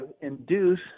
induce